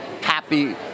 happy